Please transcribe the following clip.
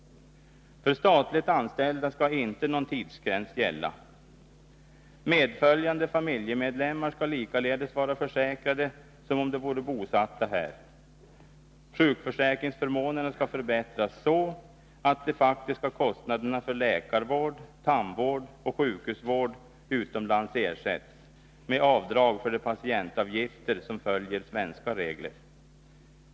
För statligt anställda skall inte någon tidsgräns gälla. Medföljande familjemedlemmar skall likaledes vara försäkrade, som om de vore bosatta här. Sjukförsäkringsförmånerna skall förbättras så, att de faktiska kostnaderna för läkarvård, tandvård och sjukhusvård utomlands ersätts, med avdrag för de patientavgifter som följer svenska regler.